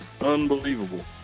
Unbelievable